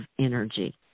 energy